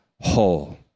whole